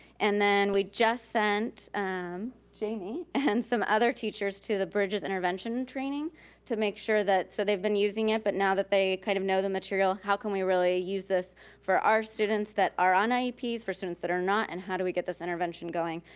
and then we just sent jamie and some other teachers to the bridges intervention training to make sure that, so they've been using it, but now that they kind of know the material, how can we really use this for our students that are on ieps, for students that are not, and how do we get this intervention going,